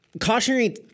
Cautionary